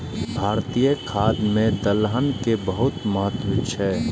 भारतीय खाद्य मे दलहन के बहुत महत्व छै